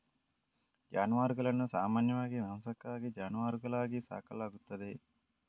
ಜಾನುವಾರುಗಳನ್ನು ಸಾಮಾನ್ಯವಾಗಿ ಮಾಂಸಕ್ಕಾಗಿ ಜಾನುವಾರುಗಳಾಗಿ ಸಾಕಲಾಗುತ್ತದೆ